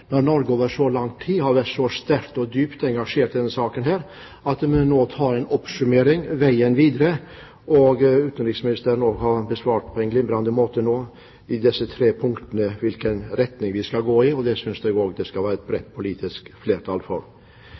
når Norge over så lang tid har vært så sterkt og dypt engasjert i denne saken, at vi nå tar en oppsummering av veien videre. Utenriksministeren har nå på en glimrende måte besvart med disse tre punktene om hvilken retning vi skal gå, og det synes jeg også det skal være et bredt politisk flertall for.